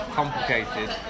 complicated